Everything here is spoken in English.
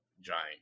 giant